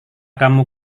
kamu